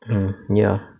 mm ya